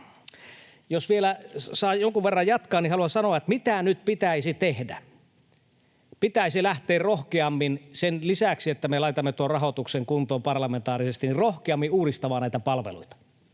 Jos vielä saan jonkun verran jatkaa, niin haluan sanoa, mitä nyt pitäisi tehdä. Pitäisi lähteä — sen lisäksi, että me laitamme tuon rahoituksen kuntoon parlamentaarisesti — rohkeammin uudistamaan näitä palveluita,